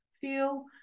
feel